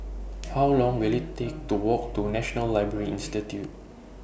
How Long Will IT Take to Walk to National Library Institute